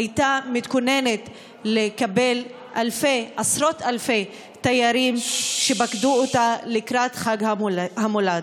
הייתה מתכוננת לקבל עשרות אלפי תיירים שפקדו אותה לקראת חג המולד.